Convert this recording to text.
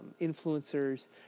influencers